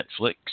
Netflix